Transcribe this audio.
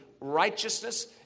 righteousness